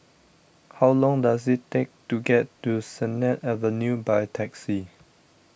how long does it take to get to Sennett Avenue by taxi